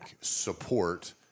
support